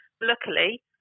luckily